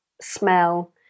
smell